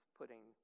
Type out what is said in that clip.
putting